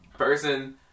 person